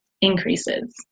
increases